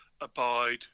abide